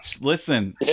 Listen